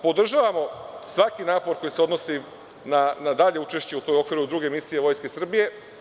Podržavamo svaki napor koji se odnosi na dalje učešće, a to je u okviru druge misije Vojske Srbije.